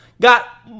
got